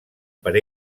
per